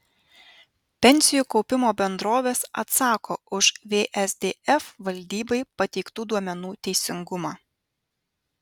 pensijų kaupimo bendrovės atsako už vsdf valdybai pateiktų duomenų teisingumą